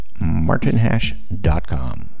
martinhash.com